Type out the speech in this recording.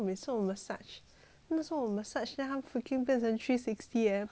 那时候我 massage then 它 freaking 变成 three sixty eh